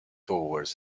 towards